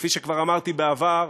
כפי שכבר אמרתי בעבר,